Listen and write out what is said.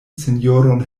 sinjoron